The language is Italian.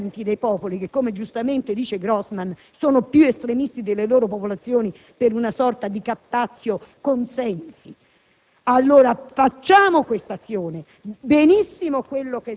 direttamente ai popoli. Scavalchiamo i dirigenti dei popoli che - come giustamente dice Grossman - sono più estremisti delle loro popolazioni, per una sorta di *captatio* *consensi*.